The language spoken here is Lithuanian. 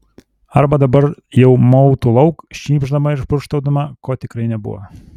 arba dabar jau mautų lauk šnypšdama ir purkštaudama ko tikrai nebuvo